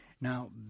Now